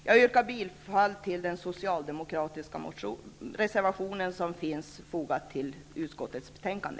Jag yrkar bifall till den socialdemokratiska reservation som är fogad till utskottets betänkande.